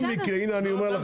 גם אלה לא.